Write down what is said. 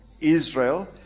israel